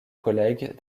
collègues